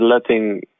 letting